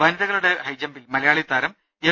വനിതകളുടെ ഹൈജം പിൽ മലയാളിതാരം എം